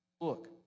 Look